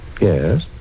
Yes